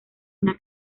una